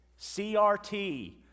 CRT